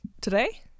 Today